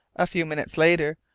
a few minutes later,